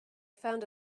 found